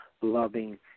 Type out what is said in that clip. loving